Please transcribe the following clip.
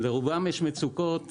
לרובם יש מצוקות